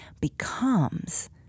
becomes